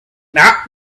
not